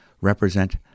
represent